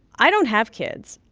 i don't have kids,